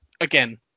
again